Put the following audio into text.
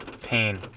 Pain